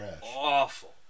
awful